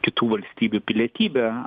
kitų valstybių pilietybę